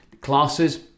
classes